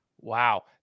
Wow